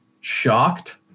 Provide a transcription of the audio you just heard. shocked